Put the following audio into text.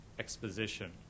exposition